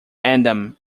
anthem